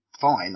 fine